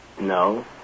No